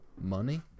money